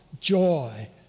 joy